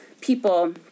people